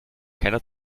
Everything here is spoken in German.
keiner